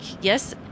yes